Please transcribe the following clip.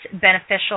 beneficial